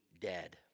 dead